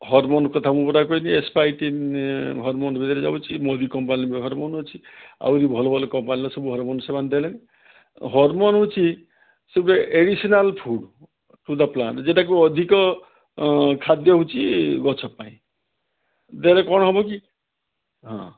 hormone କଥା ମୁଁ ପରା କହିଲି ଏଇଟିନ୍ ହର୍ମୋନ୍ ଭିତରେ ଯାଉଛି ମୋଦି କମ୍ପାନୀର ହର୍ମୋନ୍ ଅଛି ଆହୁରି ଭଲ ଭଲ କମ୍ପାନୀର ସବୁ ହର୍ମୋନ୍ ସେମାନେ ଦେଲେଣି ହର୍ମୋନ୍ ହେଉଛି ସିଏ ଗୋଟେ additional food to the plant ଯେଉଁଟା କି ଅଧିକ ଖାଦ୍ୟ ହେଉଛି ଗଛ ପାଇଁ ଦେଲେ କ'ଣ ହେବ କି ହଁ